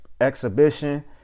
exhibition